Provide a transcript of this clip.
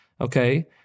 Okay